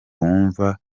wumva